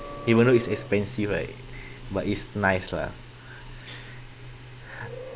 even though it's expensive right but it's nice lah